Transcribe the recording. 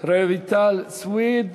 רויטל סויד.